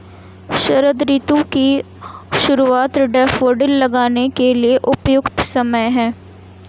शरद ऋतु की शुरुआत डैफोडिल लगाने के लिए उपयुक्त समय है